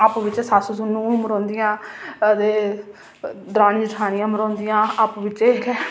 आपूं बिचें सस्स नूहं मरोंदियां ते दरानी जेठानियां मरोंदियां आपूं बिचें गै